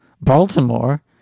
baltimore